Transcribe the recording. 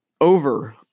over